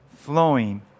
flowing